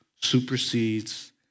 supersedes